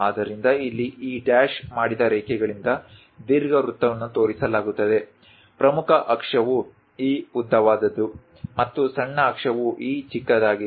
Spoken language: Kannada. ಆದ್ದರಿಂದ ಇಲ್ಲಿ ಈ ಡ್ಯಾಶ್ ಮಾಡಿದ ರೇಖೆಗಳಿಂದ ದೀರ್ಘವೃತ್ತವನ್ನು ತೋರಿಸಲಾಗುತ್ತದೆ ಪ್ರಮುಖ ಅಕ್ಷವು ಈ ಉದ್ದವಾದದ್ದು ಮತ್ತು ಸಣ್ಣ ಅಕ್ಷವು ಈ ಚಿಕ್ಕದಾಗಿದೆ